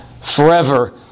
forever